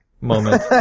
moment